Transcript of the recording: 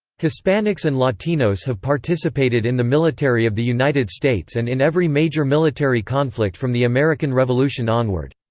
hispanics and latinos have participated in the military of the united states and in every major military conflict from the american revolution onward.